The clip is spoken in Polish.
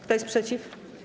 Kto jest przeciw?